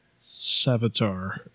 Savitar